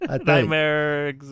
Nightmares